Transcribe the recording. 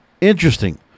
interesting